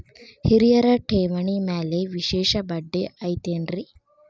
ಹಿರಿಯರ ಠೇವಣಿ ಮ್ಯಾಲೆ ವಿಶೇಷ ಬಡ್ಡಿ ಐತೇನ್ರಿ?